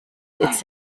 its